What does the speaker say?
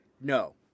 No